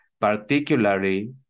particularly